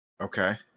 Okay